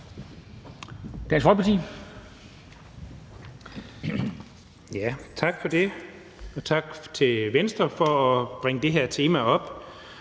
Dahl (DF): Tak for det. Tak til Venstre for at bringe det her tema op,